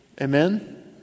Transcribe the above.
Amen